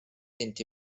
inti